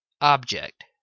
object